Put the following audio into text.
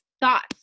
thoughts